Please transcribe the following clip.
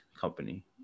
Company